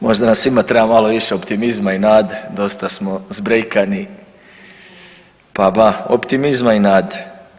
Možda nam svima treba malo više optimizma i nade, dosta smo zbrejkani, pa ba optimizma i nade.